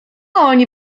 oni